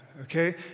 okay